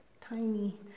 tiny